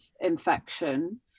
infection